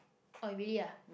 oh really ah